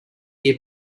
ear